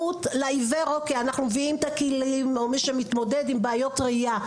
אנחנו מביאים כלים ואת מי שמתמודד עם בעיות ראייה,